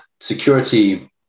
security